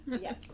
Yes